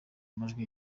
amajwi